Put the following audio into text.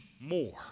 more